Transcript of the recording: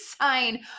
sign